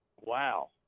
Wow